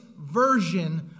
version